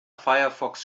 firefox